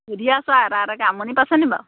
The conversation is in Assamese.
সুধি আছো আৰু এটা এটাকৈ আমনি পাইছোঁ বাৰু